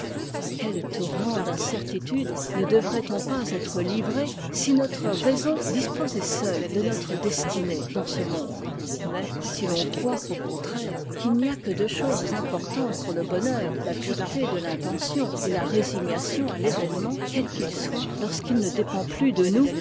a quels tourments d'incertitude ne devrait on pas être livré si notre raison disposait seule de notre destinée dans ce monde mais si l'on croit au contraire qu'il n'y a que deux choses importantes pour le bonheur la pureté de l'intention et la résignation à l'événement quel qu'il soit lorsqu'il ne dépend plus de nous